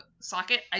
socket